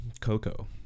Coco